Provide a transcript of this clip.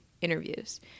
interviews